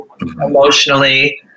emotionally